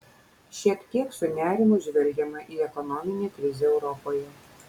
šiek tiek su nerimu žvelgiama į ekonominę krizę europoje